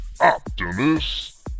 Optimus